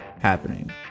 happening